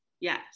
Yes